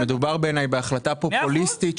מדובר בעיניי בהחלטה פופוליסטית,